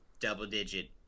double-digit